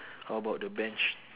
how about the bench